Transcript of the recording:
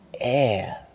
air